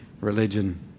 Religion